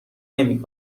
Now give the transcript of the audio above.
نمی